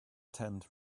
tent